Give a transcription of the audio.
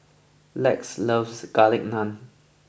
Lex loves Garlic Naan